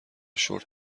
شرت